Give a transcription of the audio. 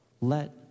Let